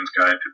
Guide